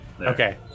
Okay